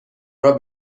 راه